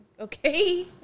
okay